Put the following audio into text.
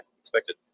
expected